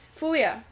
Fulia